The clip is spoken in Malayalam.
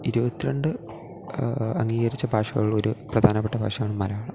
ഇരുപത്തിരണ്ട് അംഗീകരിച്ച ഭാഷകളിലൊരു പ്രധാനപ്പെട്ട ഭാഷയാണ് മലയാളം